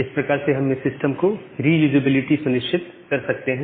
इस प्रकार से हम इस सिस्टम की रीयूजेबिलिटी सुनिश्चित कर सकते हैं